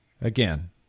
again